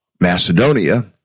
Macedonia